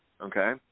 okay